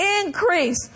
increase